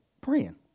praying